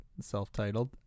self-titled